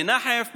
מנחף,